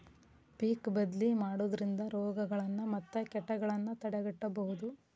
ಪಿಕ್ ಬದ್ಲಿ ಮಾಡುದ್ರಿಂದ ರೋಗಗಳನ್ನಾ ಮತ್ತ ಕೇಟಗಳನ್ನಾ ತಡೆಗಟ್ಟಬಹುದು